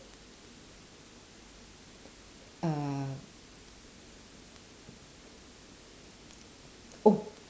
uh oh